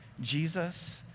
Jesus